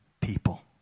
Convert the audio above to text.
people